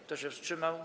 Kto się wstrzymał?